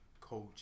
coach